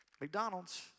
McDonald's